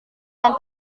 dan